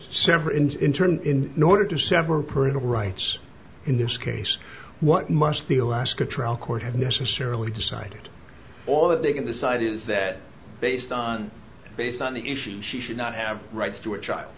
ins in turn in nor to sever parental rights in this case what must be alaska trial court have necessarily decided all that they can decide is that based on based on the issue she should not have rights to a child